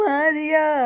Maria